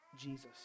Jesus